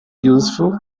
useful